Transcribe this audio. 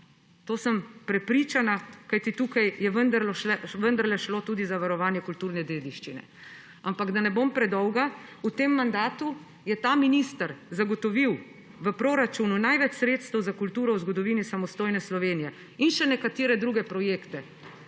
to sem prepričana, kajti tukaj je vendarle šlo tudi za varovanje kulturne dediščine. Ampak, da ne bom predloga, v tem mandatu je ta minister zagotovil v proračunu največ sredstev za kulturo v zgodovini samostojne Slovenije in še nekatere druge projekte.